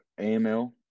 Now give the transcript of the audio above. AML